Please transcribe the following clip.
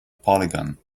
polygon